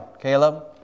Caleb